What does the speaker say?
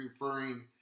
referring